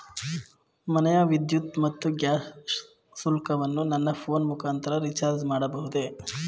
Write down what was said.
ಮನೆಯ ವಿದ್ಯುತ್ ಮತ್ತು ಗ್ಯಾಸ್ ಶುಲ್ಕವನ್ನು ನನ್ನ ಫೋನ್ ಮುಖಾಂತರ ರಿಚಾರ್ಜ್ ಮಾಡಬಹುದೇ?